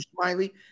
smiley